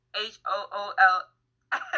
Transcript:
h-o-o-l